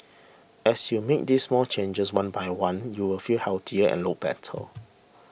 as you make these small changes one by one you will feel healthier and look better